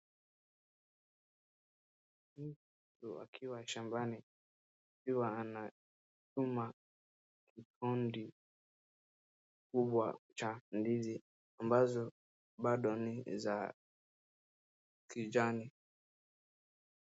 Mtu akiwa shambani akiwa anachuma kukundi kubwa cha ndizi ambazo bado ni za kijani.